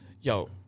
yo